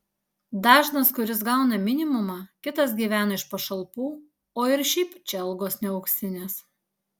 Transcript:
dažnas kuris gauna minimumą kitas gyvena iš pašalpų o ir šiaip čia algos ne auksinės